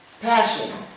Passion